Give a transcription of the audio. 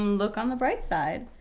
look on the bright side,